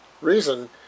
reason